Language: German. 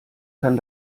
kann